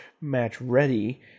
match-ready